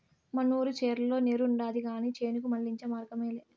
మనూరి చెర్లో నీరుండాది కానీ చేనుకు మళ్ళించే మార్గమేలే